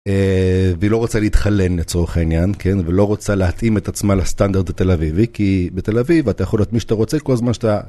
והיא לא רוצה להתחלן לצורך העניין, כן? ולא רוצה להתאים את עצמה לסטנדרט התל אביבי כי בתל אביב את יכול להיות מי שאתה רוצה כל זמן שאתה.